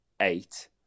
eight